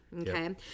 okay